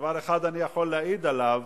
דבר אחד אני יכול להעיד עליו,